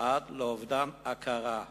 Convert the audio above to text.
עד לאובדן הכרה.